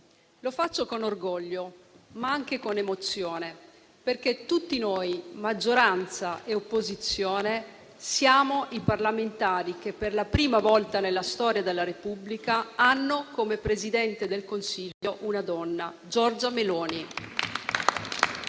Lo faccio con orgoglio, ma anche con emozione, perché tutti noi, maggioranza e opposizione, siamo i parlamentari che per la prima volta nella storia della Repubblica hanno come Presidente del Consiglio una donna, Giorgia Meloni